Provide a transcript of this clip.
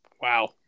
Wow